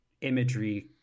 imagery